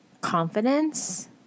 confidence